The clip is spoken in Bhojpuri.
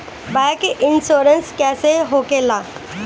बाईक इन्शुरन्स कैसे होखे ला?